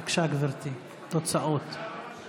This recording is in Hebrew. בבקשה, גברתי, תוצאות.